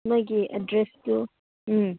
ꯅꯣꯏꯒꯤ ꯑꯦꯗ꯭ꯔꯦꯁꯇꯨ ꯎꯝ